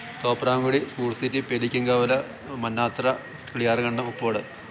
Thopramkudy school city Perikkankavala Mannathra Thuliyarkandam Uppupara